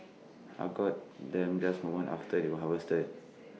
I got them just moments after they were harvested